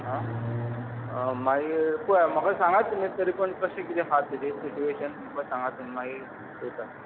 आं मागीर पळया म्हाका सांगात तुमी तरी पूण कशें कितें आसा ते ताजे सिटवेशन मागीर पळयता